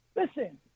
listen